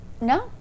No